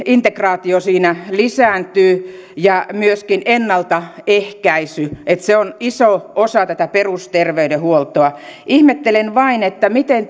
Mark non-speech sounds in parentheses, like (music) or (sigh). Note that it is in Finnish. (unintelligible) integraatio lisääntyy ja että myöskin ennalta ehkäisy on iso osa tätä perusterveydenhuoltoa ihmettelen vain miten (unintelligible)